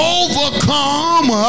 overcome